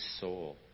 soul